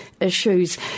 issues